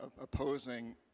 opposing